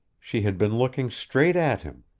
she had been looking straight at him,